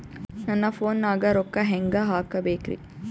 ನನ್ನ ಫೋನ್ ನಾಗ ರೊಕ್ಕ ಹೆಂಗ ಹಾಕ ಬೇಕ್ರಿ?